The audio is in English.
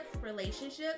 relationships